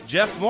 Jeff